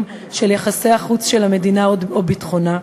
של יחסי החוץ של המדינה או ביטחונה.